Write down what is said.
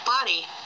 body